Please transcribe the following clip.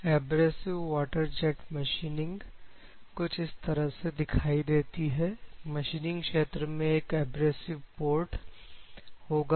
abrasive water jet machining कुछ इस तरह से दिखाई देती है मशीनिंग क्षेत्र में एक एब्रेसिव पोर्ट होगा